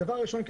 הדבר הראשון,